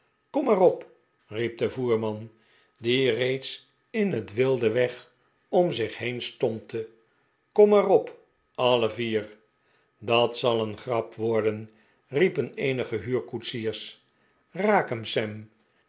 kom maar op riep de voerman die reeds in het wilde weg om zich heen stompte kom maar op alle vier da't zal een grap worden riepen eenige huurkoetsiers raak hem sam